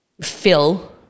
fill